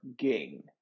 Ging